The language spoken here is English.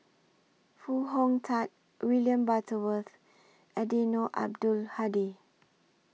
Foo Hong Tatt William Butterworth Eddino Abdul Hadi